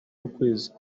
w’ukwezi